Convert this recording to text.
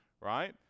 right